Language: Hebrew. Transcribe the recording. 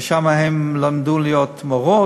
ושם הן למדו להיות מורות,